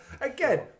again